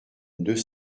deux